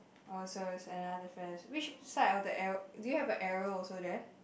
orh so is another difference which side of the arrow do you have a arrow also there